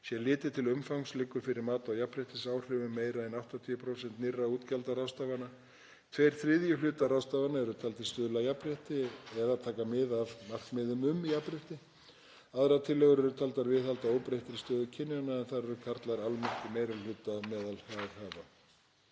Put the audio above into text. Sé litið til umfangs liggur fyrir mat á jafnréttisáhrifum meira en 80% nýrra útgjaldaráðstafana. Tveir þriðju hluta ráðstafana eru taldir stuðla að jafnrétti eða taka mið af markmiðum um jafnrétti. Aðrar tillögur eru taldar viðhalda óbreyttri stöðu kynjanna en þar eru karlar almennt í meiri hluta meðal haghafa.